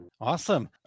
Awesome